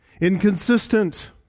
inconsistent